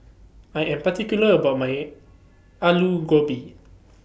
I Am particular about My Aloo Gobi